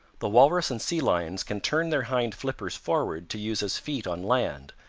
the walrus and sea lions can turn their hind flippers forward to use as feet on land,